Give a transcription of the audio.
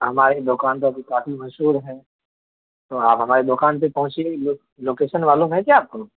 ہماری دکان تو ابھی کافی مشہور ہے تو آپ ہماری دکان پہ پہنچیے لوکیشن معلوم ہے کیا آپ کو